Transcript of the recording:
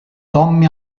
tommy